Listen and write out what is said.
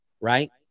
right